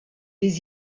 les